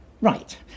Right